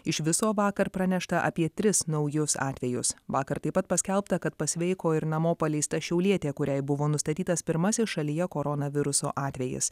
iš viso vakar pranešta apie tris naujus atvejus vakar taip pat paskelbta kad pasveiko ir namo paleista šiaulietė kuriai buvo nustatytas pirmasis šalyje koronaviruso atvejis